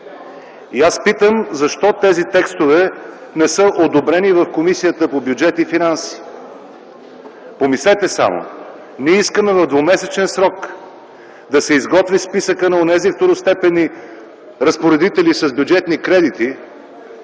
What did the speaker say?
И аз питам: защо тези текстове не са одобрени в Комисията по бюджет и финанси? Помислете само! Ние искаме в двумесечен срок да се изготви списъкът на онези второстепенни разпоредители с бюджетни кредити,